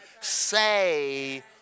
say